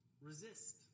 Resist